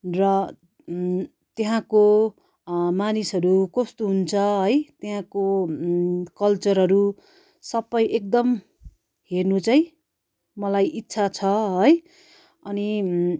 र त्यहाँको मानिसहरू कस्तो हुन्छ है त्यहाँको कल्चरहरू सबै एकदम हेर्नु चाहिँ मलाई इच्छा छ है अनि